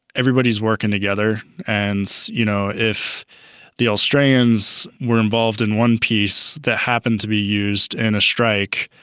everybody is working together and you know if the australians were involved in one piece that happened to be used in a strike,